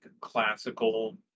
classical